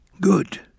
Good